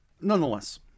nonetheless